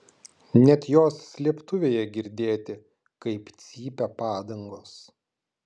net jos slėptuvėje girdėti kaip cypia padangos